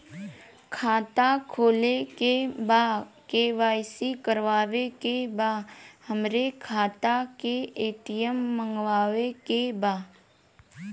खाता खोले के बा के.वाइ.सी करावे के बा हमरे खाता के ए.टी.एम मगावे के बा?